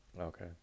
Okay